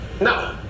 No